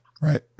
right